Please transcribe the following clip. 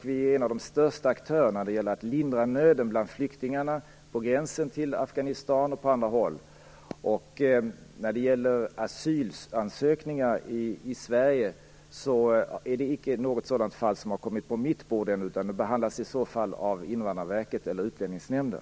Vi är en av de största aktörerna när det gäller att lindra nöden bland flyktingarna på gränsen till Afghanistan och på andra håll. Något fall av asylansökningar i Sverige har icke kommit på mitt bord ännu, utan det behandlas i så fall av Invandrarverket eller Utlänningsnämnden.